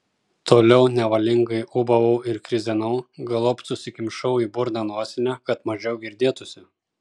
toliau nevalingai ūbavau ir krizenau galop susikimšau į burną nosinę kad mažiau girdėtųsi